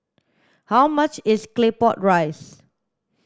how much is claypot rice